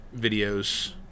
videos